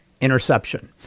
interception